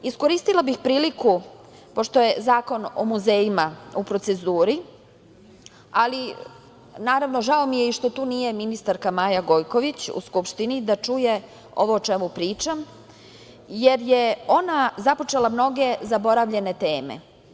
Iskoristila bih priliku pošto je Zakon o muzejima u proceduri, ali naravno, žao mi je i što tu nije ministarka Maja Gojković u Skupštini da čuje ovo o čemu pričam, jer je ona započela mnoge zaboravljene teme.